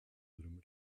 durumu